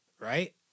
right